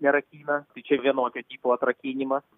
nerakina tai čia vienokio tipo atrakinimas